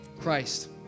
Christ